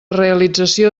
realització